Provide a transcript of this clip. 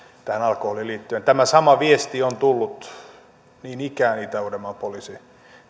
alkoholiin liittyen tämä sama viesti on tullut niin ikään itä uudenmaan poliisipäällikön